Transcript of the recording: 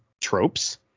tropes